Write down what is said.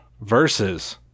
versus